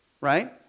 right